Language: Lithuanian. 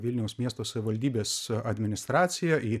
vilniaus miesto savivaldybės administraciją į